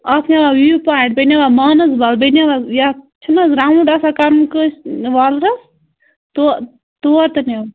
اَکھ نِوان وِو پویِنٛٹ بیٚیہِ نیوان مانَس بَل بیٚیہِ نیوان یَتھ چھُنہٕ حظ راوُنٛڈ آسان کَرُن کٲنٛسہِ وَلرَس تہ تور تہِ نِوان